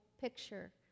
picture